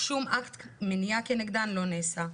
שום אקט מניעה כנגדם לא נעשה.